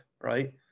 right